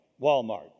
Walmart